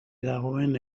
dagoen